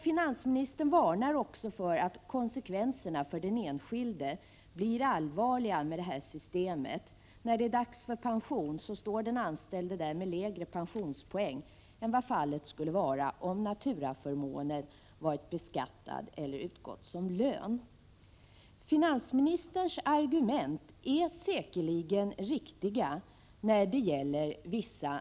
Finansministern varnar också för att konsekvenserna för den enskilde blir allvarliga med detta system. När det är dags för pension, står den anställde där med lägre pensionspoäng än vad fallet skulle vara om naturaförmånen varit beskattad eller utgått som lön. Finansministerns argument är säkerligen riktiga när det gäller vissa = Prot.